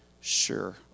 sure